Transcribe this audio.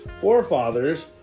forefathers